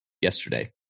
yesterday